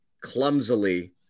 clumsily